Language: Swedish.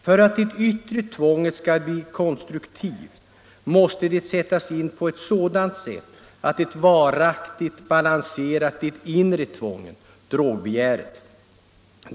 För att det yttre tvånget skall bli konstruktivt måste det sättas in på étt sådant sätt att det varaktigt balanserar det inre tvånget, drogbegäret.